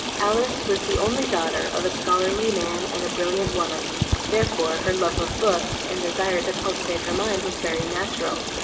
alice was the only daughter of a scholarly man and a brilliant woman therefore her love of books and desire to cultivate her mind was very natural,